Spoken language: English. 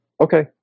okay